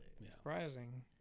Surprising